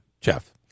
jeff